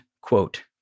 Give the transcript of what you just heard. quote